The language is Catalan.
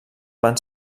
van